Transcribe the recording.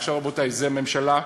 עכשיו, רבותי, זה הממשלה.